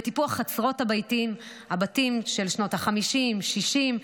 בטיפוח חצרות הבתים של שנות החמישים והשישים,